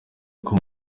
uko